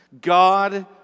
God